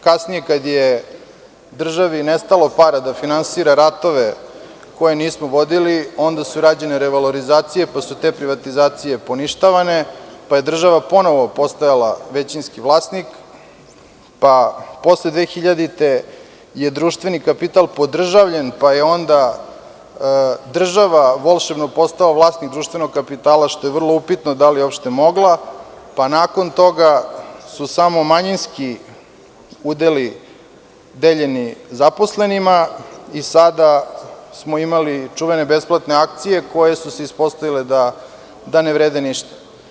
Kasnije, kada je državi nestalo para da finansira ratove koje nismo vodili, onda su rađene revalorizacije, pa su te privatizacije poništavane, pa je država ponovo postajala većinski vlasnik, pa posle 2000. godine je društveni kapital podržavljen, pa je onda država volšebno postala vlasnik društvenog kapitala, što je vrlo upitno da li je uopšte moglo, pa nakon toga su samo manjinski udeli deljeni zaposlenima i sada smo imali čuvene besplatne akcije, koje su se ispostavile da ne vrede ništa.